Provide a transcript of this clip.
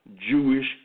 Jewish